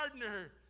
gardener